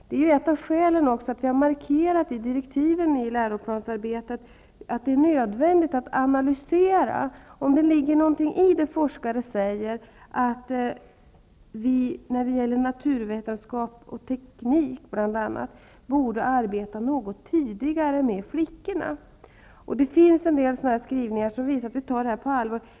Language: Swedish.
Det är ett av skälen till att vi i direktiven till läroplansarbetet har markerat att det är nödvändigt att analysera om det ligger någonting i det forskare säger, att vi bl.a. i naturvetenskap och teknik borde arbeta något tidigare med flickorna. Det finns en del skrivningar som visar att vi tar det här på allvar.